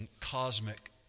cosmic